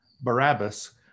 Barabbas